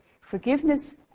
Forgiveness